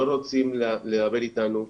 לא רוצים לדבר איתנו,